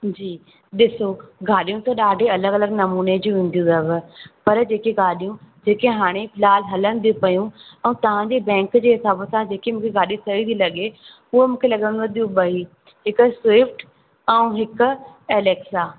जी ॾिसो गाॾियूं त ॾाढी अलॻि अलॻि नमूने जी हूंदियूं अथव पर जेकी गाॾियूं जेके हाणे फ़िलहालु हलन थी पयूं तव्हांजे बैंक जे हिसाब सां जेके मूंखे गाॾी सही थी लॻे उहा मूंखे लॻन थियूं ॿई हिकु स्विफ्ट ऐं हिकु एलेक्सा